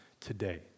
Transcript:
today